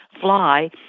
fly